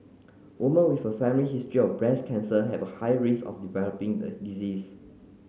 woman with a family history of breast cancer have a higher risk of developing the disease